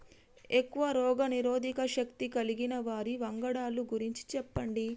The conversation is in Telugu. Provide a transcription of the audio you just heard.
ఎక్కువ రోగనిరోధక శక్తి కలిగిన వరి వంగడాల గురించి చెప్పండి?